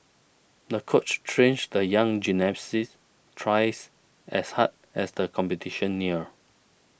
the coach trained the young gymnast twice as hard as the competition neared